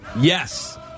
yes